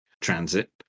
transit